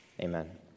Amen